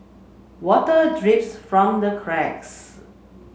water drips from the cracks